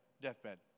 deathbed